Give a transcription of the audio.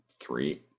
three